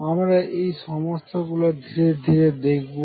আমরা এই সমস্যা গুলো ধীরে ধীরে দেখবো